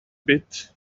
bit